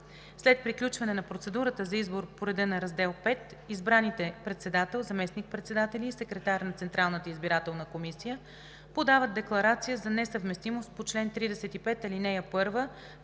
След приключване на процедурата за избор по реда на Раздел V избраните председател, заместник-председатели и секретар на Централната избирателна комисия подават декларация за несъвместимост по чл. 35, ал. 1,